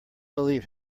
believe